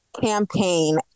campaign